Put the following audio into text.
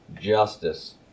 justice